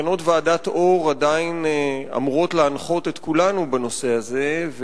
מסקנות ועדת-אור עדיין אמורות להנחות את כולנו בנושא הזה.